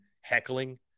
heckling